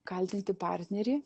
kaltinti partnerį